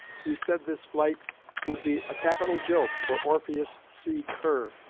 he said this flight would be a capital joke for orpheus c. kerr